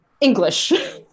English